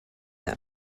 that